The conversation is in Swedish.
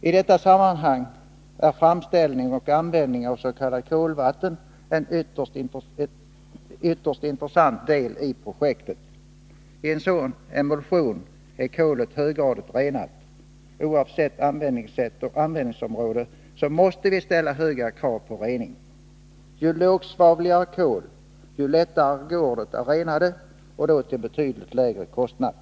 I detta sammanhang utgör framställning och användning av s.k. kolvatten en ytterst intressant del av projektet. Vid sådan emulsion är kolet höggradigt renat. Oavsett användningssätt och användningsområde måste vi ställa höga krav på rening. Ju lågsvavligare kolet är, desto lättare går det att rena kolet — och till betydligt lägre kostnad.